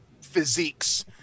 physiques